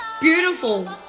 beautiful